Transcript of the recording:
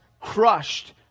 crushed